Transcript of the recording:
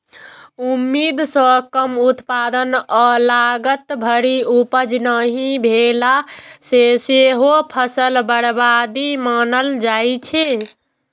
उम्मीद सं कम उत्पादन आ लागत भरि उपज नहि भेला कें सेहो फसल बर्बादी मानल जाइ छै